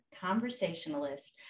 conversationalist